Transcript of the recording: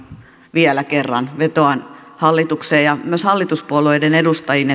vielä kerran vetoan hallitukseen ja myös hallituspuolueiden edustajiin